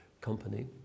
company